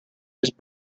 his